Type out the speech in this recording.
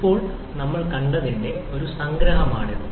ഇപ്പോൾ നമ്മൾ കണ്ടതിന്റെ ഒരു സംഗ്രഹമാണിത്